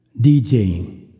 DJing